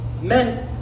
Men